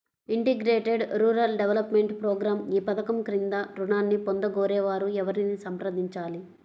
Integrated rural development programme ఈ పధకం క్రింద ఋణాన్ని పొందగోరే వారు ఎవరిని సంప్రదించాలి?